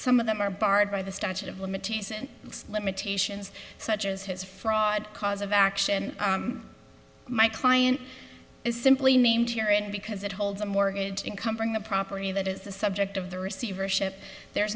some of them are barred by the statute of limitations and limitations such as his fraud cause of action my client is simply named here and because it holds a mortgage income from the property that is the subject of the receivership there